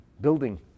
building